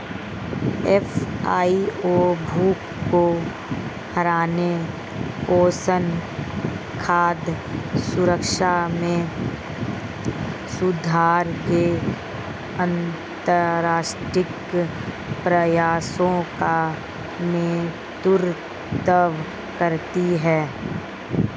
FAO भूख को हराने, पोषण, खाद्य सुरक्षा में सुधार के अंतरराष्ट्रीय प्रयासों का नेतृत्व करती है